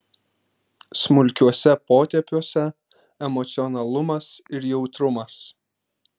smulkiuose potėpiuose emocionalumas ir jautrumas